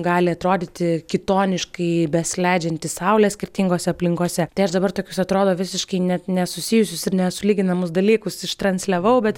gali atrodyti kitoniškai besileidžianti saulė skirtingose aplinkose tai aš dabar tokius atrodo visiškai net nesusijusius ir nesulyginamus dalykus ištransliavau bet